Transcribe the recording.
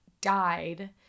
died